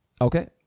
Okay